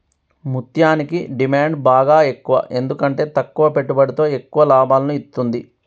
ముత్యనికి డిమాండ్ బాగ ఎక్కువ ఎందుకంటే తక్కువ పెట్టుబడితో ఎక్కువ లాభాలను ఇత్తుంది